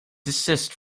desist